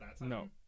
No